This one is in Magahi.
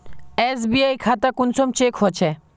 एस.बी.आई खाता कुंसम चेक होचे?